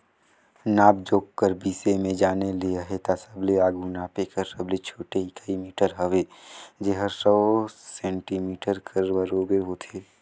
नाप जोख कर बिसे में जाने ले अहे ता सबले आघु नापे कर सबले छोटे इकाई मीटर हवे जेहर सौ सेमी कर बराबेर होथे